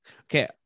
Okay